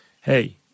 hey